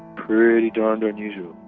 pretty darned unusual.